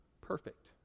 perfect